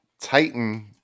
Titan